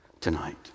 tonight